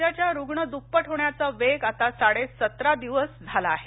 राज्याचा रुग्ण दुप्पट होण्याचा वेग आता साडे सतरा दिवस झाला आहे